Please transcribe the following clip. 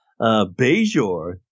Bejor